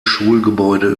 schulgebäude